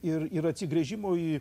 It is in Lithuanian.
ir ir atsigręžimo į